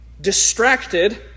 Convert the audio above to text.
distracted